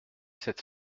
cette